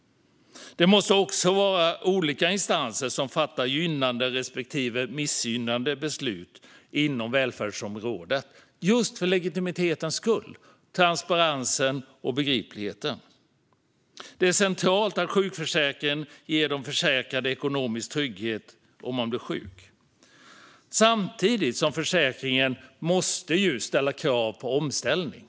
Det måste också vara olika instanser som fattar gynnande respektive missgynnande beslut inom välfärdsområdet, just för legitimitetens skull. Det är centralt att sjukförsäkringen ger de försäkrade ekonomisk trygghet om man blir sjuk. Samtidigt måste försäkringen ställa krav på omställning.